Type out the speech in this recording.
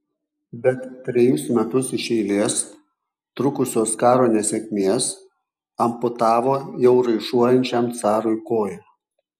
bet trejus metus iš eilės trukusios karo nesėkmės amputavo jau raišuojančiam carui koją